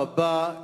תודה רבה.